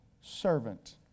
servant